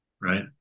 right